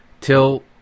till